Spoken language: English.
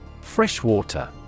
Freshwater